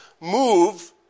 move